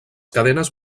cadenes